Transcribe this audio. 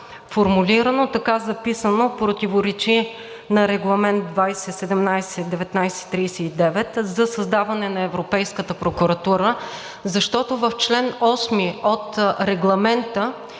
формулирано, така записано, противоречи на Регламент 2017/1939 за създаване на Европейската прокуратура, защото в чл. 8 от Регламента